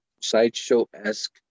sideshow-esque